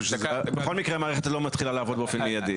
בכל מקרה המערכת לא מתחילה לעבוד באופן מיידי.